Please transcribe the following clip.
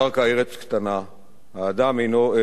האדם אינו אלא תבנית נוף מולדתו",